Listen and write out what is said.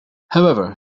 however